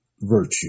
virtue